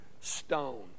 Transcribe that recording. stone